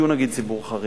כי הוא למשל ציבור חרדי,